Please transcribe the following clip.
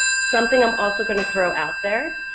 something i'm also going to throw out there,